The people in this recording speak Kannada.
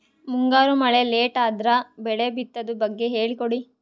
ಮುಂಗಾರು ಮಳೆ ಲೇಟ್ ಅದರ ಬೆಳೆ ಬಿತದು ಬಗ್ಗೆ ಹೇಳಿ ಕೊಡಿ?